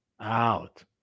out